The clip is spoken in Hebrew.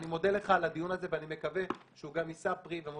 אני מבקש, אני רוצה לעבור